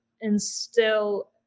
instill